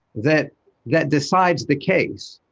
that that decides the case.